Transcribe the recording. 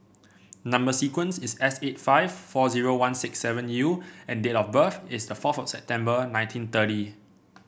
number sequence is S eight five four zero one six seven U and date of birth is forth of September nineteen thirty